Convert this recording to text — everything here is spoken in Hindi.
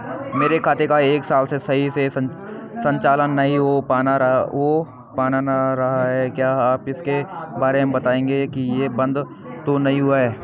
मेरे खाते का एक साल से सही से संचालन नहीं हो पाना रहा है क्या आप इसके बारे में बताएँगे कि ये बन्द तो नहीं हुआ है?